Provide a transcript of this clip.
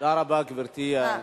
תודה רבה, גברתי.